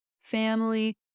family